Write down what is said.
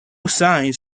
signs